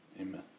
Amen